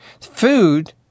Food